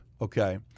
Okay